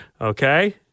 Okay